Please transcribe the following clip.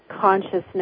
consciousness